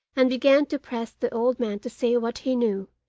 and began to press the old man to say what he knew,